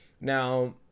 now